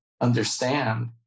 understand